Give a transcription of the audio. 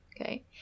okay